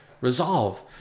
resolve